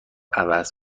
عوض